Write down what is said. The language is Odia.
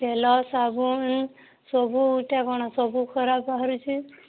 ତେଲ ସାବୁନ ସବୁ ଟା କ'ଣ ସବୁ ଖରାପ ବାହାରୁଛି